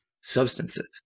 substances